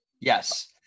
Yes